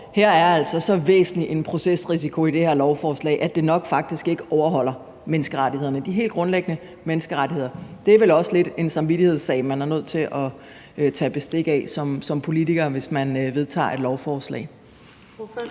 der er så væsentlig en procesrisiko ved det her lovforslag, at det faktisk nok ikke overholder menneskerettighederne, de helt grundlæggende menneskerettigheder? Det er vel også lidt en samvittighedssag, man er nødt til at tage bestik af som politiker i forbindelse med at vedtage et lovforslag.